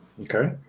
Okay